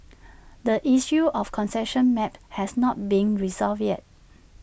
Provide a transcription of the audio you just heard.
the issue of concession maps has not been resolved yet